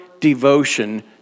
devotion